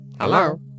Hello